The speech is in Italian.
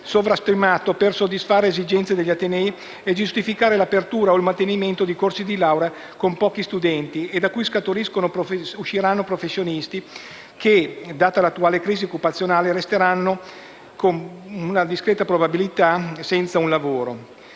sovrastimato per soddisfare le esigenze degli atenei e giustificare l'apertura o il mantenimento di corsi di laurea con pochi studenti, da cui usciranno professionisti che, data l'attuale crisi occupazionale, resteranno, con una discreta probabilità, senza lavoro.